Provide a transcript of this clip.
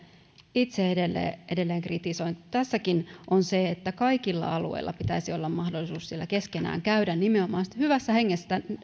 itse edelleen edelleen kritisoin tässäkin on se että kaikilla alueilla pitäisi nimenomaan olla mahdollisuus keskenään käydä hyvässä hengessä